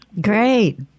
Great